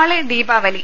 നാളെ ദീപാവലി